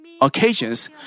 occasions